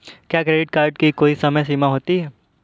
क्या credit card की कोई समय सीमा होती है?